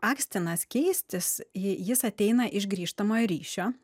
akstinas keistis ji jis ateina iš grįžtamojo ryšio